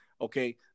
okay